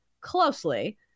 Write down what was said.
closely